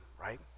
right